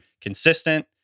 consistent